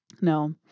No